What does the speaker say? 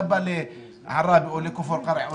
אתה בא לעראבה או לכפר קרע,